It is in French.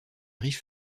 riche